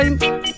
time